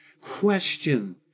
question